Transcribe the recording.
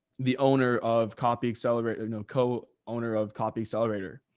the owner of copy accelerator, no co owner of copy accelerator,